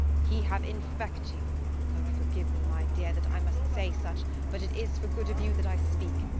he have infect you oh, forgive me, my dear, that i must say such but it is for good of you that i speak.